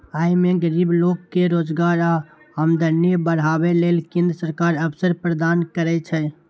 अय मे गरीब लोक कें रोजगार आ आमदनी बढ़ाबै लेल केंद्र सरकार अवसर प्रदान करै छै